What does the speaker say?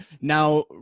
now